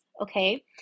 okay